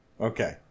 Okay